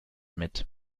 mit